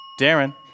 darren